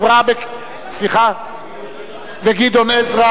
וגדעון עזרא,